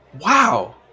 wow